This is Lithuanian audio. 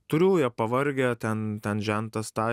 turiu jie pavargę ten ten žentas tą